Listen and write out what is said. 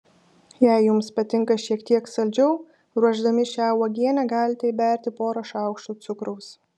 jei jums patinka šiek tiek saldžiau ruošdami šią uogienę galite įberti porą šaukštų cukraus